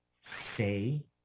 say